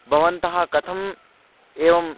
भवन्तः कथम् एवं